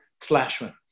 Flashman